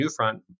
Newfront